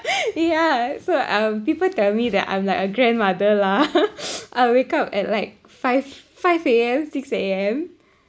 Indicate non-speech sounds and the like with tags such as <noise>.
yeah so um people tell me that I'm like a grandmother lah <laughs> I wake up at like five five A_M six A_M